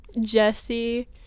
jesse